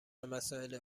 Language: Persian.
مسائل